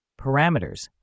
Parameters